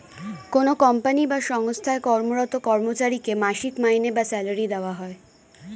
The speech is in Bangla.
কোনো কোম্পানি বা সঙ্গস্থায় কর্মরত কর্মচারীকে মাসিক মাইনে বা স্যালারি দেওয়া হয়